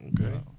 Okay